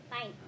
Fine